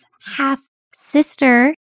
half-sister